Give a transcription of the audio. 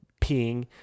peeing